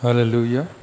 Hallelujah